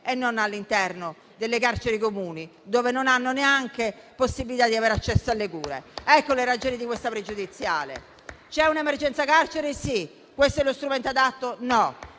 e non all'interno delle carceri comuni, dove non hanno neanche la possibilità di accesso alle cure. Ecco le ragioni di questa pregiudiziale. C'è un'emergenza carceri? Sì. Questo è lo strumento adatto? No.